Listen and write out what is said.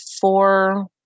four